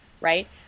right